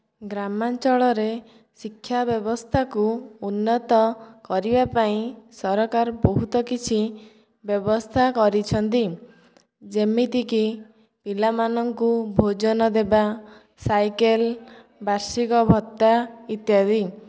ଗ୍ରାମାଞ୍ଚଳରେ ଶିକ୍ଷା ବ୍ୟବସ୍ଥାକୁ ଉନ୍ନତ କରିବା ପାଇଁ ସରକାର ବହୁତ କିଛି ବ୍ୟବସ୍ଥା କରିଛନ୍ତି ଯେମିତିକି ପିଲାମାନଙ୍କୁ ଭୋଜନ ଦେବା ସାଇକେଲ୍ ବାର୍ଷିକ ଭତ୍ତା ଇତ୍ୟାଦି